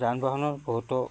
যান বাহনৰ বহুতো